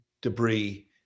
debris